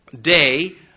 day